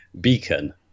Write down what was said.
Beacon